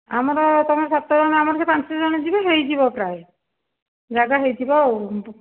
ଆମର ତୁମର ସାତଜଣ ଆମର ସେ ପଞ୍ଚଜଣ ଯିବେ ହେଇଯିବ ପ୍ରାୟ ଜାଗା ହେଇଯିବ ଆଉ